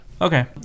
Okay